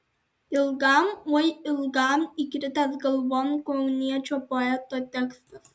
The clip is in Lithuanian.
ilgam oi ilgam įkritęs galvon kauniečio poeto tekstas